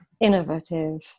innovative